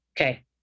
Okay